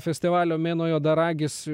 festivalio mėnuo juodaragis